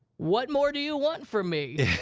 what more do you want from me?